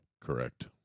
Correct